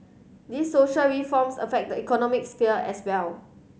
these social reforms affect the economic sphere as well